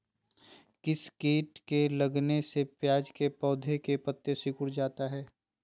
किस किट के लगने से प्याज के पौधे के पत्ते सिकुड़ जाता है?